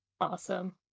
Awesome